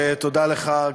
תודה לך,